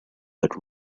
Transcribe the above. but